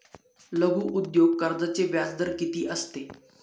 लघु उद्योग कर्जाचे व्याजदर किती असते?